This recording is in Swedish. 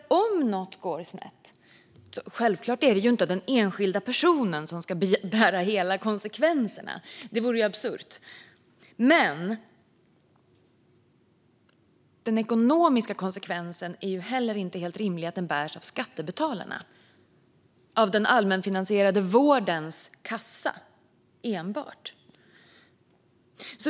Om något går snett ska självklart inte den enskilda personen bära hela ansvaret - det vore absurt - men det är inte heller rimligt att hela det ekonomiska ansvaret bärs av skattebetalarna och belastar den allmänfinansierade vårdens kassa.